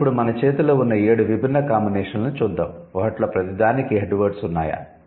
కానీ ఇప్పుడు మన చేతిలో ఉన్న ఏడు విభిన్న కాంబినేషన్లను చూద్దాం వాటిలో ప్రతిదానిలో 'హెడ్ వర్డ్స్' ఉన్నాయా